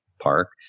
park